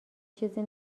چیزی